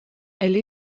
elle